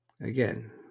Again